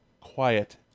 Quiet